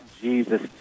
Jesus